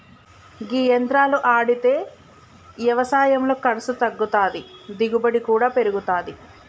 గీ యంత్రాలు ఆడితే యవసాయంలో ఖర్సు తగ్గుతాది, దిగుబడి కూడా పెరుగుతాది